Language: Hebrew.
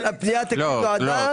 הפנייה נועדה